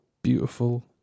Beautiful